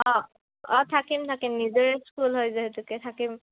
অঁ অঁ থাকিম থাকিম নিজৰে স্কুল হয় যিহেতুকে থাকিম